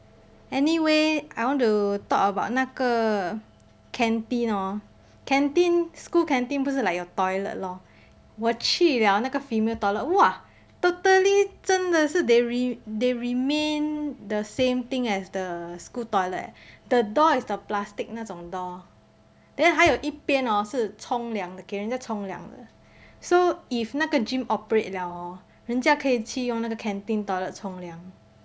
anyway I want to talk about 那个 canteen hor canteen school canteen 不是 like 有 toilet lor 我去了那个 female toilet !wah! totally 真的是 they they remain the same thing as the school toilet the door is the plastic 那种 door then 还有一边 yi bian hor 是冲凉的给人家冲凉的 so if 那个 gym operate liao hor 人家可以去用那个 canteen toilet 冲凉